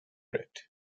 rate